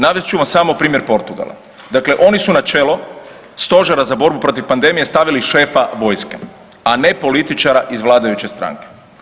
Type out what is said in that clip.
Navest ću vam samo primjer Portugala, dakle oni su na čelo stožera za borbu protiv pandemije stavili šefa vojske, a ne političara iz vladajuće stranke.